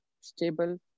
stable